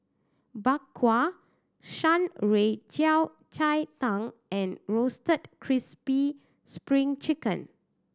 Bak Kwa Shan Rui Yao Cai Tang and Roasted Crispy Spring Chicken